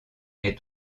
est